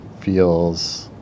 feels